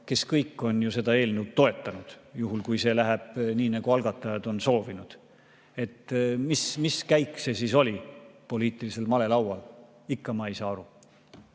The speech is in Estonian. kes kõik on ju seda eelnõu toetanud – juhul kui see läheb nii, nagu algatajad on soovinud. Mis käik see siis oli poliitilisel malelaual – ikka ma ei saa aru.